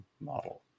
model